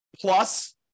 Plus